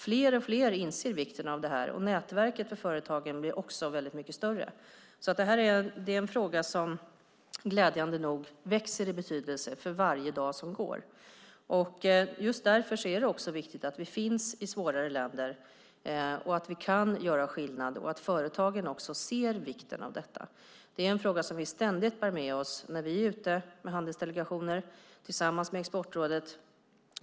Fler och fler inser vikten av detta. Nätverken för företagen blir också väldigt mycket större. Det här är en fråga som glädjande nog växer i betydelse för varje dag som går. Just därför är det också viktigt att vi finns i svårare länder. Vi kan göra skillnad, och företagen ser också vikten av detta. Det är en fråga som vi ständigt bär med oss när vi är ute med handelsdelegationer tillsammans med Exportrådet.